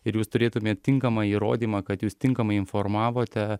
ir jūs turėtumėt tinkamą įrodymą kad jūs tinkamai informavote